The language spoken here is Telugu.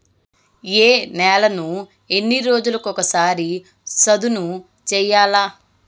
ఏ నేలను ఎన్ని రోజులకొక సారి సదును చేయల్ల?